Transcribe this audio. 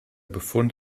befund